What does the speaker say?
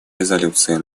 резолюции